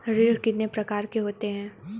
ऋण कितने प्रकार के होते हैं?